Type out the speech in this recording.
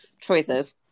choices